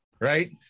Right